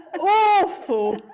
awful